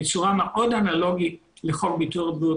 בצורה מאוד אנלוגית לכל ביטוח בריאות